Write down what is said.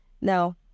Now